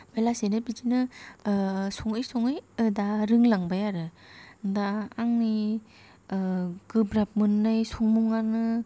ओमफाय लासैनो बिदिनो सङै सङै दा रोंलांबाय आरो दा आंनि गोब्राब मोन्नाय संमुंआनो